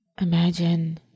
imagine